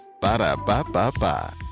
Ba-da-ba-ba-ba